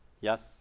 Yes